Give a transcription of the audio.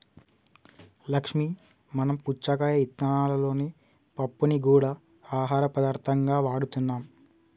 లక్ష్మీ మనం పుచ్చకాయ ఇత్తనాలలోని పప్పుని గూడా ఆహార పదార్థంగా వాడుతున్నాం